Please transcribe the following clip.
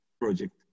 project